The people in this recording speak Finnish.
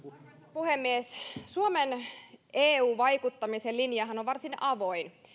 puhemies suomen eu vaikuttamisen linjahan on varsin avoin